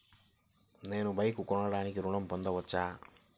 నేను బైక్ కొనటానికి ఋణం పొందవచ్చా?